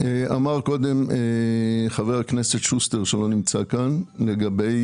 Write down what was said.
דיבר קודם חבר הכנסת שוסטר שלא נמצא כאן לגבי